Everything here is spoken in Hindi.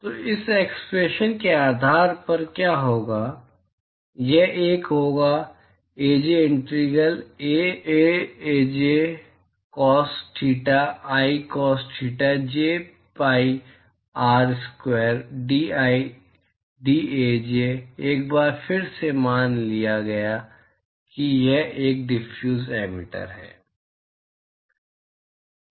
तो इस एक्सप्रेशन के आधार पर क्या होगा यह 1 होगा Aj integral A j cos theta i cos theta j pi r square d A i d A j एक बार फिर यह मान लिया गया कि यह एक डिफ्यूज एमिटर है